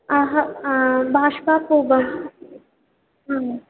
अहं बाष्पापूपम्